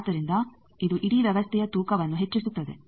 ಆದ್ದರಿಂದ ಇದು ಇಡೀ ವ್ಯವಸ್ಥೆಯ ತೂಕವನ್ನು ಹೆಚ್ಚಿಸುತ್ತದೆ